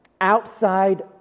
outside